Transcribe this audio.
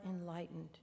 enlightened